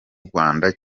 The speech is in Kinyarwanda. rwanda